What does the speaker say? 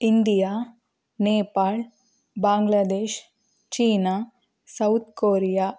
India Nepal Bangladesh China South Korea